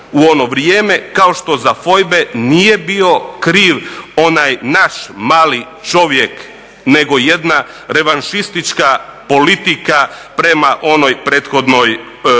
u ono vrijeme kao što za fojbe nije bio kriv onaj naš mali čovjek nego jedna revanšistička politika prema onoj prethodnoj politici.